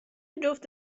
جفت